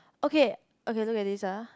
okay okay look at this ah